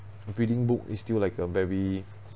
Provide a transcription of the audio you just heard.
reading book is still like a very